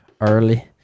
early